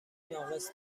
ناقص